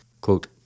Quote